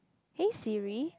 hey Siri